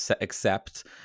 accept